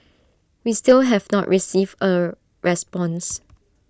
we still have not received A response